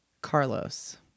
Carlos